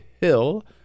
Hill